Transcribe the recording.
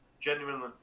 genuinely